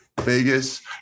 Vegas